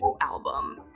album